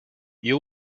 you